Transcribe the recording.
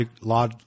law